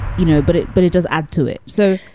you know, but it but it does add to it so,